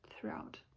throughout